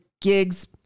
gigs